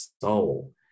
soul